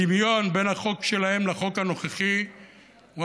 הדמיון בין החוק שלהם לחוק הנוכחי הוא,